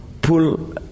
pull